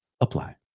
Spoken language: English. apply